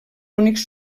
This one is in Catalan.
únics